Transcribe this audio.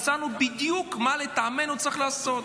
הצענו בדיוק מה לטעמנו צריך לעשות.